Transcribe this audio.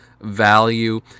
value